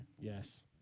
Yes